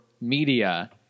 media